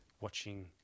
watching